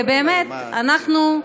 ובאמת, אנחנו,